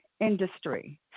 industry